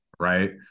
Right